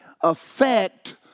affect